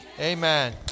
Amen